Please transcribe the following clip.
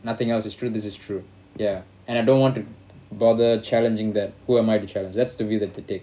nothing else is true this is true ya and I don't want to bother challenging that who am I to challenge that's the view that they take